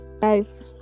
Guys